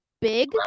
big